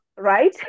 Right